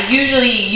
usually